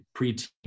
preteen